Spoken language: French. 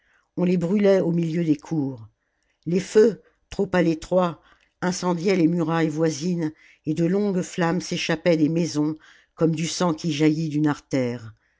on les brûlait au milieu des cours les feux trop à l'étroit incendiaient les murailles voisines et de longues flammes s'échappaient des maisons comme cm sang qui jaillit d'une artère